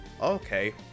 okay